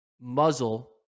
muzzle